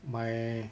my